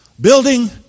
building